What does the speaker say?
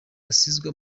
basizwe